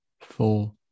four